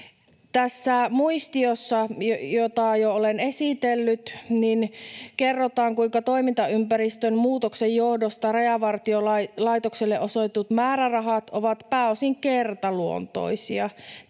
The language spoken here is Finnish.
Tässä muistiossa, jota jo olen esitellyt, kerrotaan, kuinka toimintaympäristön muutoksen johdosta Rajavartiolaitokselle osoitetut määrärahat ovat pääosin kertaluontoisia.